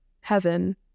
heaven